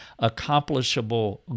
accomplishable